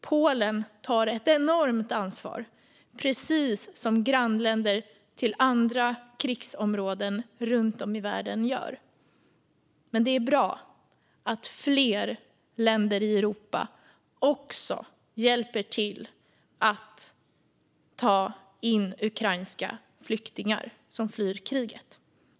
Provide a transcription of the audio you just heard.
Polen tar ett enormt ansvar, precis som grannländer i andra krigsområden runt om i världen gör. Men det är bra att fler länder i Europa också hjälper till att ta emot ukrainska flyktingar som flyr kriget.